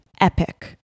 epic